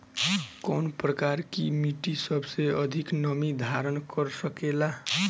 कौन प्रकार की मिट्टी सबसे अधिक नमी धारण कर सकेला?